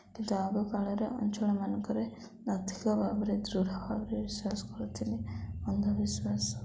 କିନ୍ତୁ ଆଗକାଳରେ ଅଞ୍ଚଳମାନଙ୍କରେ ଅଧିକ ଭାବରେ ଦୃଢ଼ ଭାବରେ ବିଶ୍ୱାସ କରୁଥିଲେ ଅନ୍ଧବିଶ୍ୱାସ